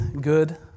good